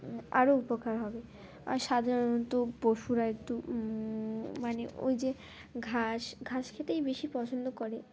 আরও উপকার হবে আর সাধারণত পশুরা একটু মানে ওই যে ঘাস ঘাস খেতেই বেশি পছন্দ করে